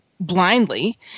Blindly